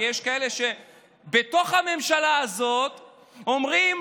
כי יש כאלה בתוך הממשלה הזאת שאומרים: